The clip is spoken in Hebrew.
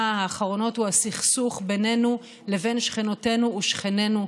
האחרונות הוא הסכסוך בינינו לבין שכנותינו ושכנינו,